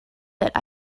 that